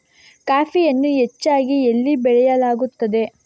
ಕಾಫಿಯನ್ನು ಹೆಚ್ಚಾಗಿ ಎಲ್ಲಿ ಬೆಳಸಲಾಗುತ್ತದೆ?